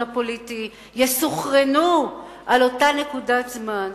הפוליטי יסונכרנו על אותה נקודת זמן,